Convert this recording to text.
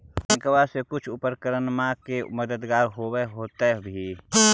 बैंकबा से कुछ उपकरणमा के मददगार होब होतै भी?